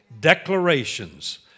Declarations